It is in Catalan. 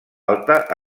alta